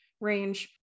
range